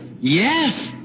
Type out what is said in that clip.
Yes